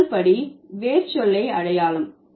முதல் படி வேர்ச்சொல்லை அடையாளம்